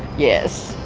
yes,